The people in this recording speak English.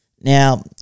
Now